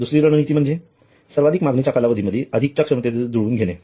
दुसरी रणनीती म्हणजे सार्वधिक मागणीच्या कालावधीमध्ये अधिकच्या क्षमतेने जुळवून घेणे